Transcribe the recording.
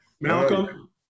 Malcolm